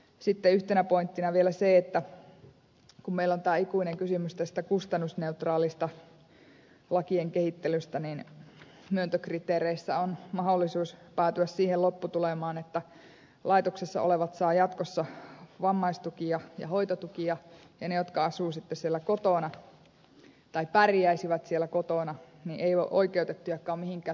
sitten yhtenä pointtina vielä se että kun meillä on tämä ikuinen kysymys tästä kustannusneutraalista lakien kehittelystä niin myöntökriteereissä on mahdollisuus päätyä siihen lopputulemaan että laitoksessa olevat saavat jatkossakin vammaistukia ja hoitotukia ja ne jotka asuvat ja pärjäisivät siellä kotona eivät ole oikeutettujakaan mihinkään tukeen